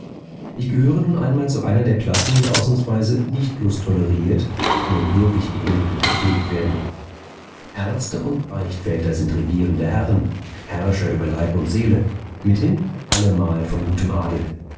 ich gehöre nun einmal zu einer der klassen die ausnahmsweise nicht bloß toleriert sondern wirklich gehegt und gepflegt werden ärzte und beichtväter sind regierende herren herrscher über leib und seele mithin allemal von gutem adel